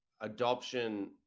adoption